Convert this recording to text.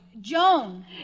Joan